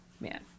Man